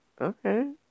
Okay